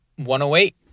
108